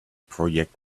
project